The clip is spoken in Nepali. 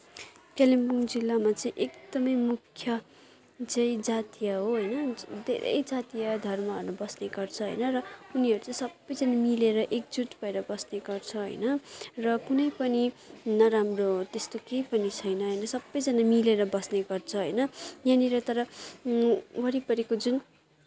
कालिम्पोङ जिल्लामा चाहिँ एकदमै मुख्य चाहिँ जातीय हो होइन धेरै जातीय धर्महरू बस्ने गर्छ होइन र उनीहरू चाहिँ सबैसँग मिलेर एकजुट भएर बस्ने गर्छ होइन र कुनै पनि नराम्रोहरू त्यस्तो केही पनि छैन होइन सबैजना मिलेर बस्ने गर्छ होइन यहाँनिर तर वरिपरिको जुन